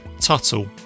Tuttle